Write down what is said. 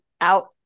out